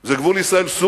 זה גבול סוריה